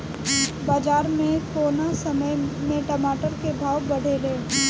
बाजार मे कौना समय मे टमाटर के भाव बढ़ेले?